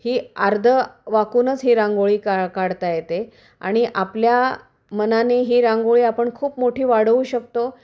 ही अर्धं वाकूनच ही रांगोळी का काढता येते आणि आपल्या मनाने ही रांगोळी आपण खूप मोठी वाढवू शकतो